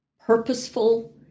purposeful